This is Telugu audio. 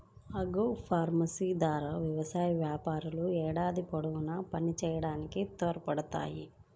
ఆగ్రోఫారెస్ట్రీ ద్వారా వ్యవసాయ వ్యాపారాలు ఏడాది పొడవునా పనిచేయడానికి తోడ్పడతాయి